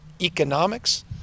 economics